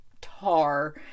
tar